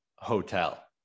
hotel